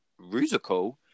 Rusical